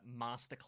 Masterclass